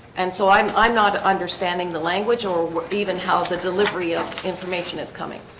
and so i'm i'm not understanding the language or even how the delivery of information is coming